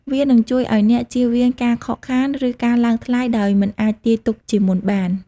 វានឹងជួយឲ្យអ្នកជៀសវាងការខកខាន ឬការឡើងថ្លៃដោយមិនអាចទាយទុកជាមុនបាន។